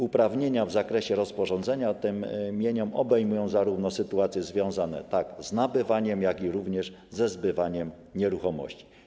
Uprawnienia w zakresie rozporządzania tym mieniem obejmą zarówno sytuacje związane z nabywaniem, jak i ze zbywaniem nieruchomości.